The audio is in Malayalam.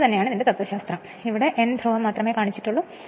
ഇതുതന്നെയാണ് തത്ത്വശാസ്ത്രം ഇവിടെ N ധ്രുവം മാത്രമേ കാണിച്ചിട്ടുള്ളൂ